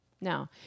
No